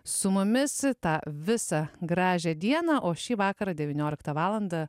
su mumis tą visą gražią dieną o šį vakarą devynioliktą valandą